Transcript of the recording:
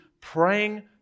praying